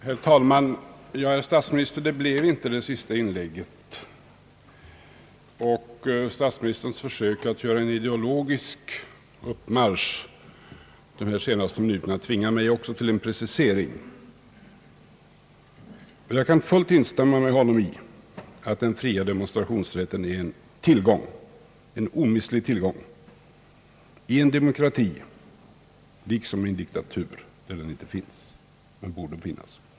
Herr talman! Ja, herr statsminister, detta blev inte det sista inlägget. Statsministerns försök att göra en ideologisk uppmarsch under de senaste minuterna tvingar mig också till en precisering. Jag kan helt instämma med honom i att den fria demonstrationsrätten är en omistlig tillgång i en demokrati. Den borde vara det också i en diktatur, men där förekommer den inte.